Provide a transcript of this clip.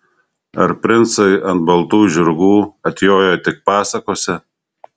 ar princai ant baltų žirgų atjoja tik pasakose